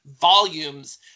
Volumes